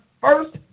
first